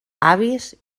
avis